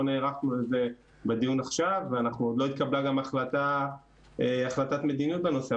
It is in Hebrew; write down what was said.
לא נערכנו לזה בדיון עכשיו ועוד לא התקבלה גם החלטת מדיניות בנושא,